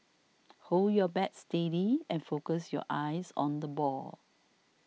hold your bat steady and focus your eyes on the ball